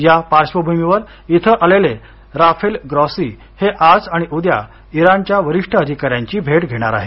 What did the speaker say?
या पार्श्वभूमीवर इथं आलेले राफेल ग्रॉसी हे आज आणि उद्या इराणच्या वरिष्ठ अधिकाऱ्यांची भेट घेणार आहेत